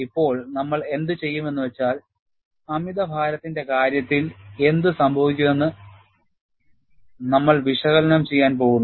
ഇപ്പോൾ നമ്മൾ എന്ത് ചെയ്യും എന്ന് വെച്ചാൽ അമിതഭാരത്തിന്റെ കാര്യത്തിൽ എന്ത് സംഭവിക്കുമെന്ന് നമ്മൾ വിശകലനം ചെയ്യാൻ പോകുന്നു